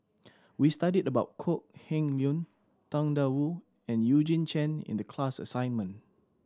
we studied about Kok Heng Leun Tang Da Wu and Eugene Chen in the class assignment